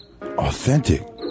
authentic